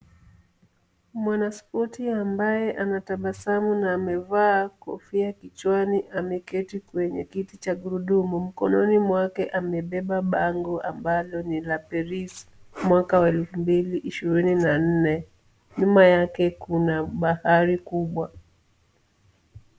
Mwanaspoti ambaye anatabasamu na amevaa kofia kichwani ameketi kwenye kiti cha gurudumu. Mkononi mwake amebeba bango ambalo ni la Paris mwaka wa elfu mbili ishirini na nne. Nyuma yake kuna bahari kubwa.